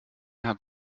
hat